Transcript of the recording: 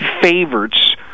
favorites